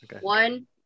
One